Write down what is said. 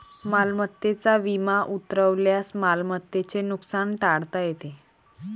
मालमत्तेचा विमा उतरवल्यास मालमत्तेचे नुकसान टाळता येते